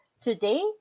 Today